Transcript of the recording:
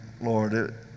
Lord